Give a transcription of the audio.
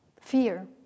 fear